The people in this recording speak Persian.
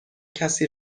کسی